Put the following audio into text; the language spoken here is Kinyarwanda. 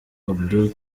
abdul